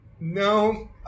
no